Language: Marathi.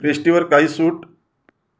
पेस्टिवर काही सूट